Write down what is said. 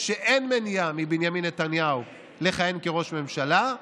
שאין מניעה מבנימין נתניהו לכהן כראש ממשלה.